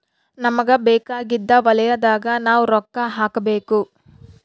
ನಮಗ ಬೇಕಾಗಿದ್ದ ವಲಯದಾಗ ನಾವ್ ರೊಕ್ಕ ಹಾಕಬೇಕು